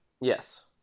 Yes